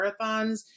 marathons